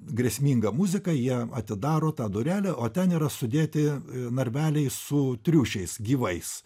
grėsminga muzika jie atidaro tą durelę o ten yra sudėti narveliai su triušiais gyvais